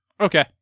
Okay